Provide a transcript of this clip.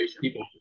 People